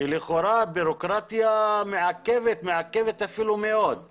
שלכאורה הבירוקרטיה מעכבת ואפילו מעכבת מאוד.